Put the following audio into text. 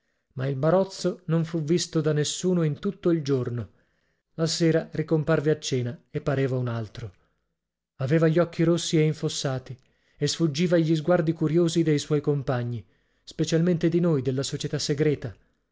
ma il barozzo non fu visto da nessuno in tutto il giorno la sera ricomparve a cena e pareva un altro aveva gli occhi rossi e infossati e sfuggiva gli sguardi curiosi dei suoi compagni special cute di noi della società segreta